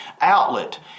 outlet